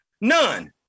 None